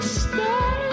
stay